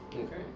Okay